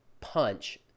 punch